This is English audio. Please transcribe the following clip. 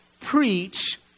Preach